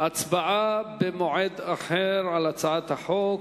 הצבעה על הצעת החוק